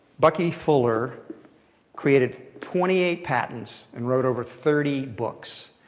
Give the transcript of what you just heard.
bucky fuller created twenty eight patents and wrote over thirty books.